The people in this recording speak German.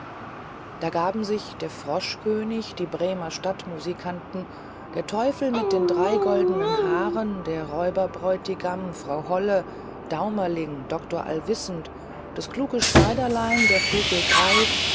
da gaben sich der froschkönig die bremer stadtmusikanten der teufel mit den drei goldenen haaren der räuberhauptmann frau holle daumerling doktor allwissend das kluge schneiderlein der vogel greif